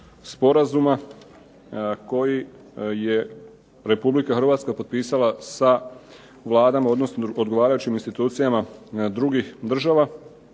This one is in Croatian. sporazuma koji je Republika Hrvatska potpisala sa vladama, odnosno odgovarajućim institucijama drugih država